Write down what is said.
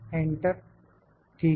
enter ठीक है